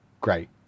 Great